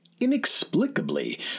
inexplicably